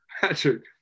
Patrick